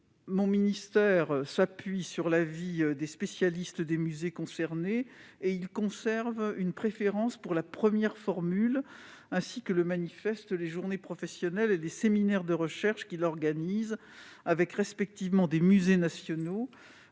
mon ministère, s'appuyant sur l'avis des spécialistes des musées concernés, conserve une préférence pour la première formule, comme le montrent les journées professionnelles et les séminaires de recherche qu'il organise, avec des musées nationaux